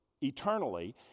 eternally